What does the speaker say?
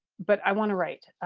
but i want to write.